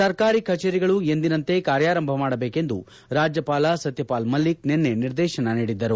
ಸರ್ಕಾರಿ ಕಚೇರಿಗಳು ಎಂದಿನಂತೆ ಕಾರ್ಯಾರಂಭ ಮಾಡಬೇಕೆಂದು ರಾಜ್ಯಪಾಲ ಸತ್ಯಪಾಲ್ ಮಲಿಕ್ ನಿನ್ನೆ ನಿರ್ದೇಶನ ನೀಡಿದ್ದರು